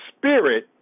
spirit